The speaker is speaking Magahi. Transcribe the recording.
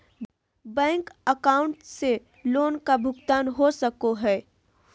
बैंक अकाउंट से लोन का भुगतान हो सको हई?